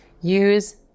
use